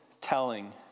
telling